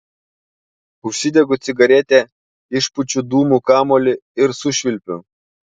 užsidegu cigaretę išpučiu dūmų kamuolį ir sušvilpiu